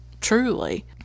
Truly